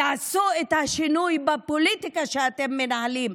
תעשו את השינוי בפוליטיקה שאתם מנהלים.